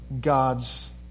God's